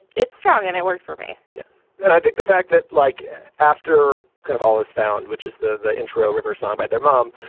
it's strong and it worked for me. yes and i think the fact that like after kind of all is found, which is the the intro river song by their mom,